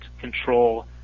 control